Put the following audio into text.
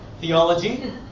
theology